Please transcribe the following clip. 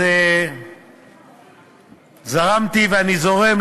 אז זרמתי ואני זורם.